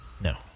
No